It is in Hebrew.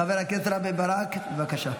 חבר הכנסת רם בן ברק, בבקשה.